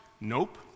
Nope